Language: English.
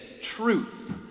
truth